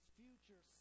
future